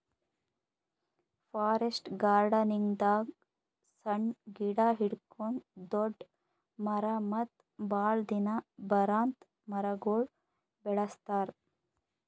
forest ಗಾರ್ಡನಿಂಗ್ದಾಗ್ ಸಣ್ಣ್ ಗಿಡ ಹಿಡ್ಕೊಂಡ್ ದೊಡ್ಡ್ ಮರ ಮತ್ತ್ ಭಾಳ್ ದಿನ ಬರಾಂತ್ ಮರಗೊಳ್ ಬೆಳಸ್ತಾರ್